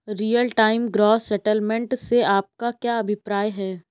Real time gross settlement से आपका क्या अभिप्राय है?